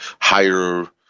higher